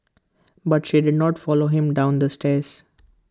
but she did not follow him down the stairs